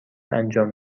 انجام